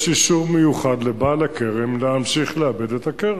יש אישור מיוחד לבעל הכרם להמשיך לעבד את הכרם.